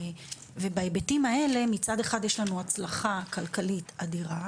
בהיבטים האלה, מצד אחד יש לנו הצלחה כלכלית אדירה,